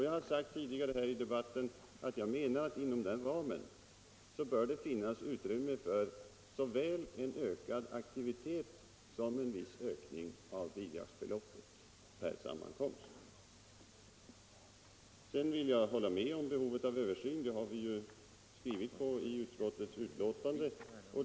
Jag har sagt tidigare i debatten att jag menar att det inom den ramen bör finnas utrymme för såväl en ökad aktivitet som en viss ökning av bidragsbeloppet per sammankomst. Sedan vill jag hålla med om behovet av en samordning — det har vi skrivit i utskottets betänkande.